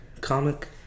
comic